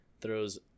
throws